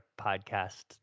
podcast